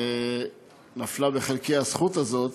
נפלה בחלקי הזכות הזאת,